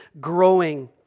growing